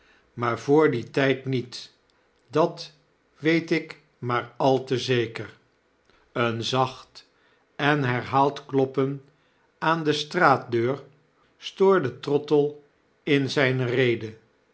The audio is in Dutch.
maar vr dien tyd niet dat weet ik maar al te zeker een zacht en herhaald kloppen aan de straatdeur stoorde trottle in zpe reden